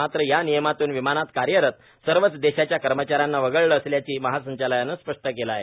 मात्र यानियमातून विमानात कार्यरत सर्वच देशांच्या कर्मचाऱ्यांना वगळलं असल्याचंही महासंचालनालयानं स्पष्ट केलं आहे